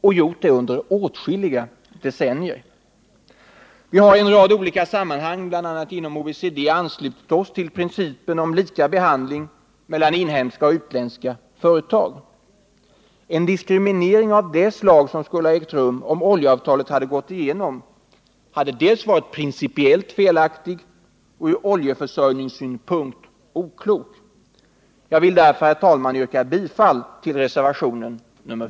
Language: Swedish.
Vi har i en rad olika sammanhang, bl.a. inom OECD, anslutit oss till principen om lika behandling av inhemska och utländska företag. En diskriminering av det slag som skulle ha ägt rum om oljeavtalet hade gått igenom hade alltså dels varit principiellt felaktig, dels ur oljeförsörjningssynpunkt oklok. Jag vill därför yrka bifall till reservationen 4 i denna del.